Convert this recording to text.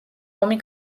ომი